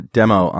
demo